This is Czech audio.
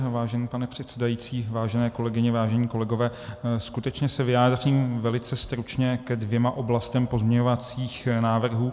Vážený pane předsedající, vážené kolegyně, vážení kolegové, skutečně se vyjádřím velice stručně ke dvěma oblastem pozměňovacích návrhů.